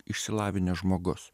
išsilavinęs žmogus